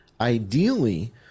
ideally